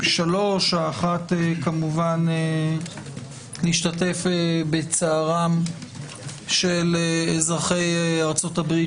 האחת כמובן להשתתף בצערם של אזרחי ארצות הברית,